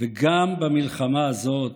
וגם במלחמה הזאת